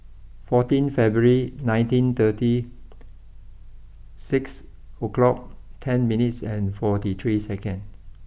fourteen February nineteen thirty six o'clock ten minutes and forty three seconds